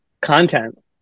content